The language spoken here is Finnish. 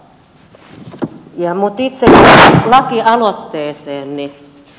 mutta itse lakialoitteeseen